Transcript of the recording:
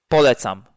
Polecam